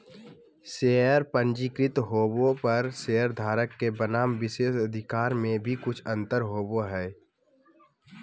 share पंजीकृत होबो पर शेयरधारक के बनाम विशेषाधिकार में भी कुछ अंतर होबो हइ